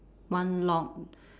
one long